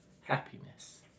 happiness